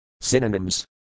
Synonyms